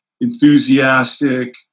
enthusiastic